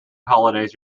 holidays